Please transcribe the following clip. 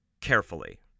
carefully